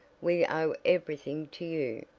we owe everything to you.